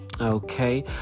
okay